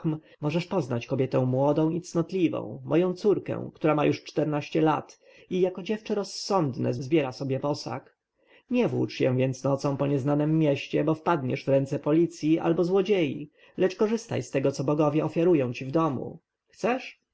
możesz poznać kobietę młodą i cnotliwą moją córkę która ma już czternaście lat i jako dziewczę rozsądne zbiera sobie posag nie włócz się więc nocą po nieznanem mieście bo wpadniesz w ręce policji albo złodziei lecz korzystaj z tego co bogowie ofiarują ci w domu chcesz